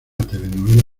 telenovela